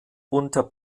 unter